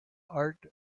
art